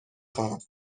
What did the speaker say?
خواهم